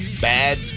bad